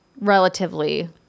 relatively